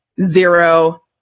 zero